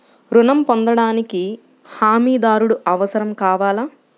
ఋణం పొందటానికి హమీదారుడు అవసరం కావాలా?